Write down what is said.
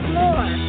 more